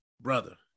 Brother